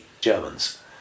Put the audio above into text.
Germans